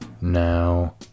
Now